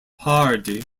hardy